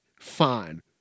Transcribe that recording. fine